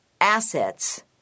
assets